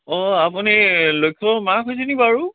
অঁ আপুনি লক্ষ্যৰ মাক হৈছে নি বাৰু